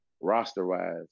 roster-wise